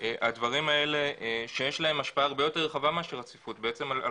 הדברים האלה יש השפעה הרבה יותר רחבה מאשר לצפיפות ובעצם על